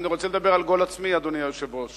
אדוני היושב-ראש.